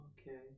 okay